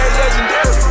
legendary